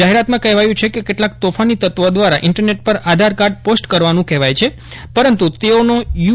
જાહેરાતમાં કહેવાયું છે કે કેટલાંક તોફાની તત્વો દ્વારા ઇન્ટરનેટ પર આધારકાર્ડ પોસ્ટ કરવાનું કહેવાય છે પરંતુ તેઓનો યુ